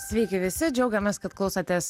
sveiki visi džiaugiamės kad klausotės